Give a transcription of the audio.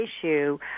issue